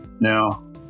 Now